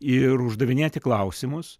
ir uždavinėti klausimus